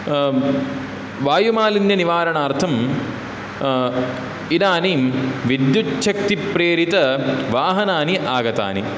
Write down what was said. वायुमालिन्यनिवारणार्थं इदानीं विद्युच्छक्तिप्रेरितवाहनानि आगतानि